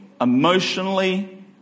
emotionally